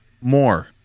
more